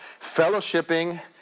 fellowshipping